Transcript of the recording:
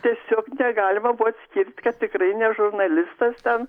tiesiog negalima buvo atskirt kad tikrai ne žurnalistas ten